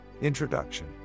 Introduction